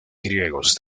griegos